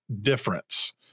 difference